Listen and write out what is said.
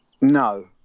No